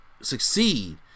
succeed